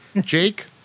Jake